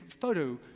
photo